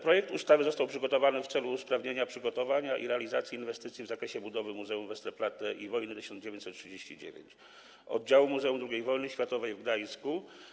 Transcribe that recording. Projekt ustawy został przygotowany w celu usprawnienia przygotowania i realizacji inwestycji w zakresie budowy Muzeum Westerplatte i Wojny 1939 - Oddziału Muzeum II Wojny Światowej w Gdańsku.